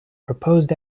proposed